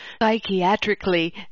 psychiatrically